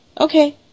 Okay